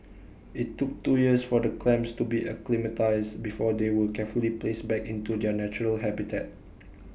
IT took two years for the clams to be acclimatised before they were carefully placed back into their natural habitat